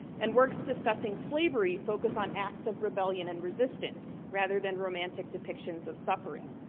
and works discussing slavery focus on acts of rebellion and resistance, rather than romantic depictions of suffering.